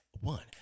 One